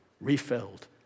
refilled